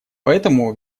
поэтому